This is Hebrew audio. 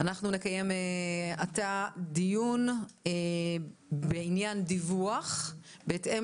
אנחנו נקיים עתה דיון בעניין דיווח בהתאם